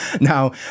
now